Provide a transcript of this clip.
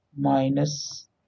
minus